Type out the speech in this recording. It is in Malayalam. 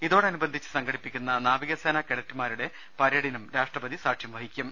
ഇതോടനുബന്ധിച്ച് സംഘടിപ്പിക്കുന്ന നാവിക സേനാ കേഡറ്റുമാരുടെ പരേഡിനും രാഷ്ട്രപതി സാക്ഷ്യംവഹിക്കും